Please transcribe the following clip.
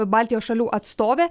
baltijos šalių atstovė